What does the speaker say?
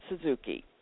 Suzuki